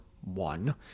one